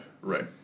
right